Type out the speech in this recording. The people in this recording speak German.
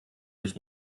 sich